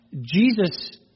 Jesus